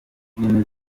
filime